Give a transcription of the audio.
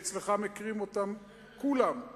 ואצלך מכירים אותו כולם,